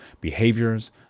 behaviors